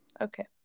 Okay